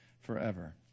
forever